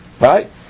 right